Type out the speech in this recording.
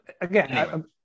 again